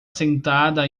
sentada